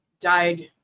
died